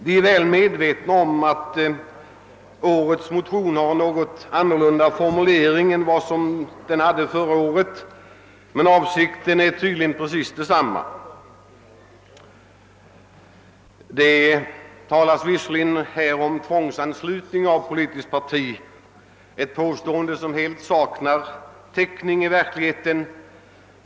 Vi är väl medvetna om att årets motion har en något annorlunda formulering än förra årets, men avsikten är tydligen precis densamma. Motionärerna menar att det i vårt land förekommer tvångsanslutning till politiskt parti, ett påstående som helt saknar täckning i verkligheten.